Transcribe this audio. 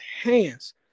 hands